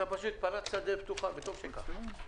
אתה פשוט התפרצת לדלת פתוחה, וטוב שכך.